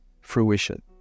fruition